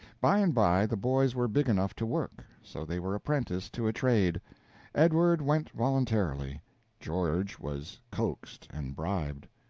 by and by the boys were big enough to work, so they were apprenticed to a trade edward went voluntarily george was coaxed and bribed.